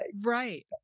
right